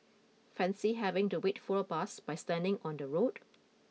Fancy having to wait for a bus by standing on the road